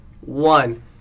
one